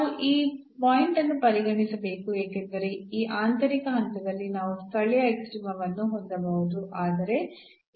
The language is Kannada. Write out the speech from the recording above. ನಾವು ಈ ಪಾಯಿಂಟ್ ಅನ್ನು ಪರಿಗಣಿಸಬೇಕು ಏಕೆಂದರೆ ಈ ಆಂತರಿಕ ಹಂತದಲ್ಲಿ ನಾವು ಸ್ಥಳೀಯ ಎಕ್ಸ್ಟ್ರೀಮ ವನ್ನು ಹೊಂದಬಹುದು